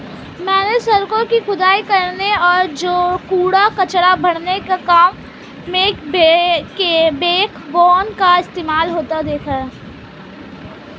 मैंने सड़कों की खुदाई करने और कूड़ा कचरा भरने के काम में बैकबोन का इस्तेमाल होते देखा है